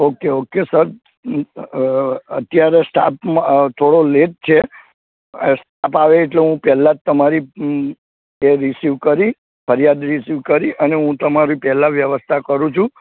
okay okay sir અત્યારે staff થોડો late છે સ્ટાફ આવે એટલે હું પહેલાં તમારી એ રિસીવ કરી ફરિયાદ રિસીવ કરી અને હું તમારી પહેલાં વ્યવસ્થા કરું છું